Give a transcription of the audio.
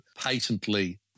patently